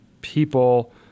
people